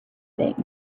things